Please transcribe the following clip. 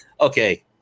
Okay